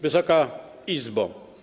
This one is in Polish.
Wysoka Izbo!